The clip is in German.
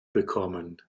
bekommen